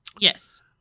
Yes